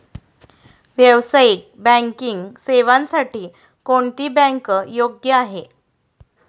व्यावसायिक बँकिंग सेवांसाठी कोणती बँक योग्य आहे?